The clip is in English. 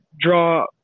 draw